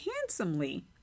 handsomely